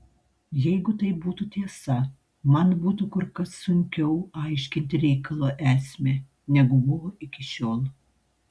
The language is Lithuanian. jeigu tai būtų tiesa man būtų kur kas sunkiau aiškinti reikalo esmę negu buvo iki šiol